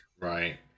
Right